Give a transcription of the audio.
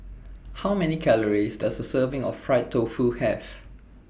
How Many Calories Does A Serving of Fried Tofu Have